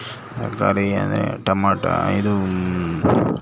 ತರಕಾರಿ ಅಂದರೆ ಟೊಮಾಟ ಇದು